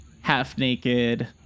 half-naked